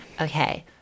Okay